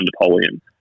Napoleon